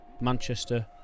Manchester